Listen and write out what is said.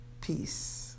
Peace